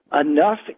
enough